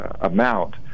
amount